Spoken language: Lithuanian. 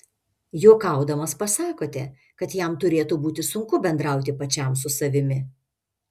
juokaudamas pasakote kad jam turėtų būti sunku bendrauti pačiam su savimi